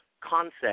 concept